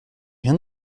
rien